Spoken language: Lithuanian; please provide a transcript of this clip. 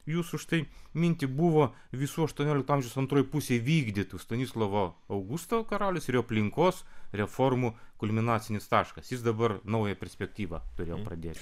jūsų štai mintį buvo visų aštuoniolikto amžiaus antroj pusėj vykdytų stanislovo augusto karalius ir jo aplinkos reformų kulminacinis taškas jis dabar naują perspektyvą turėjo pradėti